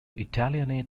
italianate